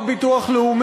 אתה עכשיו לא מדבר.